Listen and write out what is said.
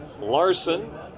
Larson